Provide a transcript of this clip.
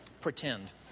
pretend